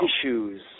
issues